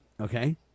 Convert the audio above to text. Okay